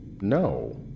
No